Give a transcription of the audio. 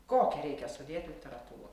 kokią reikia sudėt literatūrą